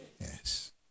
Yes